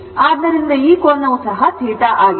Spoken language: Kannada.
ಆದ್ದರಿಂದ ಈ ಕೋನವು ಸಹ θ ಆಗಿದೆ